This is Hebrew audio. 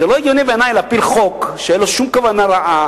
זה לא הגיוני בעיני להפיל חוק שאין לו שום כוונה רעה,